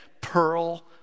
pearl